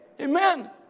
Amen